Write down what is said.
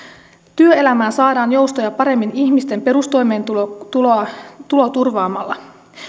työelämään saadaan joustoja paremmin ihmisten perustoimeentuloa turvaamalla